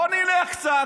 בוא נלך קצת,